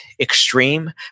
extreme